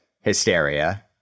hysteria